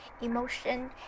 emotion